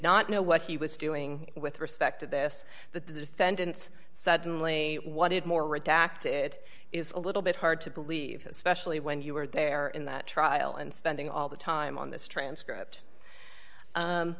not know what he was doing with respect to this the defendant's suddenly wanted more redacted is a little bit hard to believe especially when you were there in that trial and spending all the time on this transcript